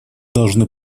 должны